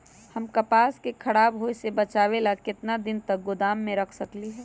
हम कपास के खराब होए से बचाबे ला कितना दिन तक गोदाम में रख सकली ह?